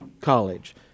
College